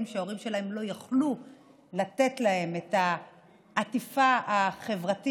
שההורים שלהם לא יכלו לתת להם את העטיפה החברתית.